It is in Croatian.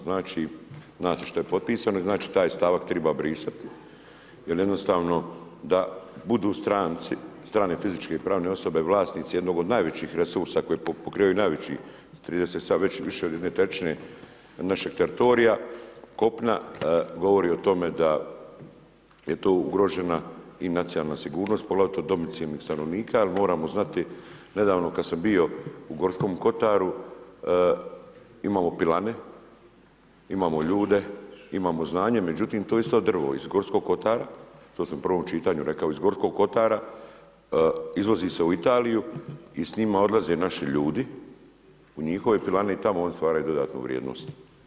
Znači, zna se što je potpisano i znači taj stavak treba brisati jer jednostavno da budu stranci, strane fizičke i pravne osobe vlasnici jednog od najvećih resursa koje pokrivaju najvećih 37%, više od jedne trećine našeg teritorija, kopna govori o tome da je to ugrožena i nacionalna sigurnost poglavito domicilnih stanovnika jer moramo znati, nedavno kada sam bio u Gorskom Kotaru imamo pilane, imamo ljude, imamo znanje, međutim to je isto drvo iz Gorskog Kotara, to sam u prvom čitanju rekao, iz Gorskog Kotara izvozi se u Italiju i s njima odlaze naši ljudi u njihove pilane i tamo oni stvaraju dodatnu vrijednost.